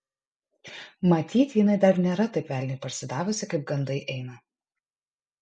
matyt jinai dar nėra taip velniui parsidavusi kaip gandai eina